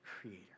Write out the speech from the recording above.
creator